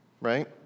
right